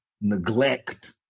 neglect